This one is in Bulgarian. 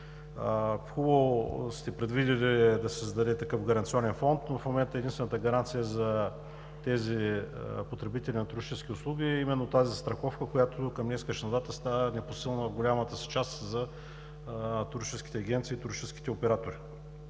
Хубаво сте предвидили да се създаде такъв гаранционен фонд, но в момента единствената гаранция за потребителите на туристически услуги е именно тази застраховка, която към днешна дата става непосилна в голямата си част за туристическите агенции и туристическите оператори.